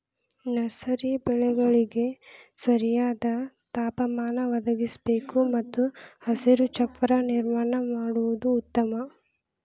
nursery ಬೆಳೆಗಳಿಗೆ ಸರಿಯಾದ ತಾಪಮಾನ ಒದಗಿಸಬೇಕು ಮತ್ತು ಹಸಿರು ಚಪ್ಪರ ನಿರ್ಮಾಣ ಮಾಡುದು ಉತ್ತಮ